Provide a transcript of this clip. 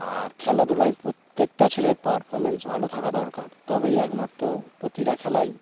আর খেলাধুলায় প্রত্যেকটা ছেলের পারফরম্যান্স ভালো থাকা দরকার তবেই একমাত্র প্রতিটা খেলায়